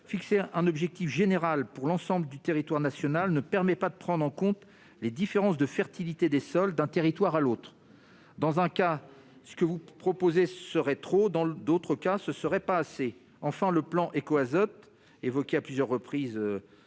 fixer un objectif général pour l'ensemble du territoire national ne permet pas de prendre en compte les différences de fertilité des sols d'un territoire à l'autre. Dans certains cas, ce que vous proposez serait excessif ; dans d'autres, ce ne serait pas suffisant. Enfin, le plan Éco'Azot, évoqué à plusieurs reprises dans